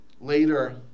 Later